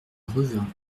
revin